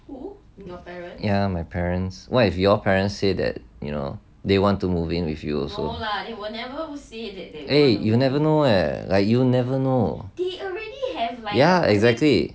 ya my parents what if your parents say that you know they want to move in with you also eh you never know leh you never know ya exactly